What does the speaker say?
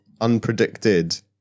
unpredicted